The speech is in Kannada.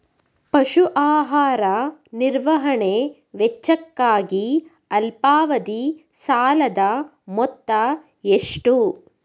ಪಶು ಆಹಾರ ನಿರ್ವಹಣೆ ವೆಚ್ಚಕ್ಕಾಗಿ ಅಲ್ಪಾವಧಿ ಸಾಲದ ಮೊತ್ತ ಎಷ್ಟು?